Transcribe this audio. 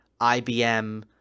IBM